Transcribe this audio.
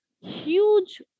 huge